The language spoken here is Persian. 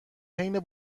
حین